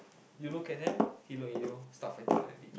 you look at them he look at you all start fighting already